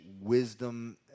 wisdom